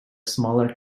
smaller